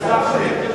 תסלח לי.